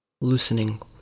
Loosening